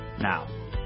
Now